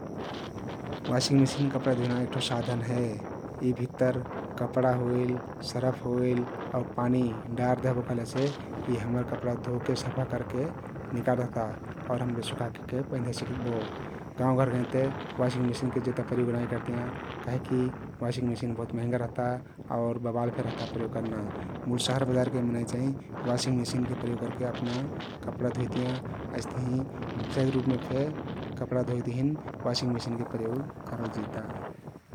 Washing machine कपडा धुइना एक ठो साधन हे । यी भित्तर कपडा होइल, सरफ होइल आउ पानी डारदेहबो कहलेसे यी हम्मर कपडा धोके सफा करके निकार देहता आउर हम्र सुखके यहके पैंधे सिक्बो । गाउँघर घैं ते वाशिंग मेसिनके जेदा प्रयोग नाई करतियाँ काहिकी वाशिंग मेसिन बहुत महँगा रहता आउर बबाल फे रहता प्रयोग कर्ना । मुल शहर बजारके मनै चाहिं वाशिंग मेसिनके प्रयोग करके अपना कपडा धुइतियाँ । अइस्तहिं व्यवसायिक रुपमे फे कपडा धोइक तहिन वाशिंग मेसिनके प्रयोग करलजिता ।